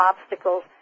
obstacles